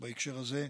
ובהקשר הזה,